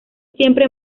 siempre